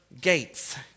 gates